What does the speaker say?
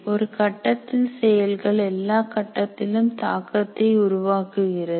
ஒருகட்டத்தில் செயல்கள் எல்லா கட்டத்திலும் தாக்கத்தை உருவாக்குகிறது